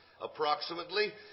approximately